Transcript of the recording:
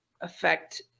affect